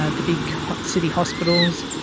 ah the big city hospitals,